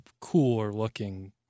cooler-looking